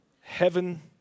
heaven